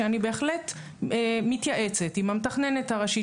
שאני בהחלט מתייעצת עם המתכננת הראשית